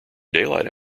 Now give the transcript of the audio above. daylight